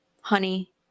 honey